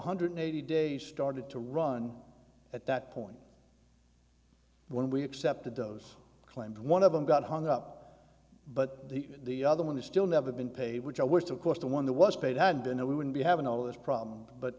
hundred eighty days started to run at that point when we accepted those claims one of them got hung up but the the other one is still never been paid which i wished of course the one that was paid had been oh we wouldn't be having all this problem but